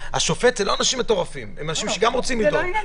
לא מדובר כאן בעשרות אלפי אנשים או באלפים.